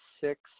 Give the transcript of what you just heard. six